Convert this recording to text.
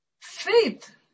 faith